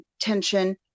tension